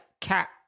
cat